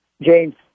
James